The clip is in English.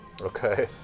Okay